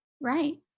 Right